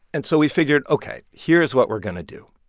and so we figured, ok, here's what we're going to do.